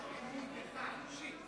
מתוך אמון בך, אישי,